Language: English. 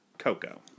Coco